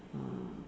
uh